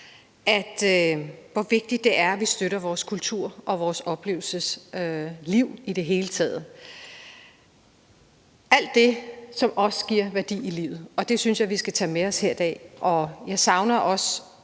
hvor vigtigt det er, at vi støtter vores kulturliv og vores oplevelsesliv i det hele taget – alt det, som også giver værdi i livet – og det synes jeg vi skal tage med os her i dag. Og jeg savner også